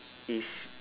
is